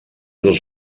dos